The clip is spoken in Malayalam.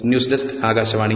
news desk Akashvani